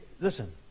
Listen